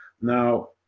Now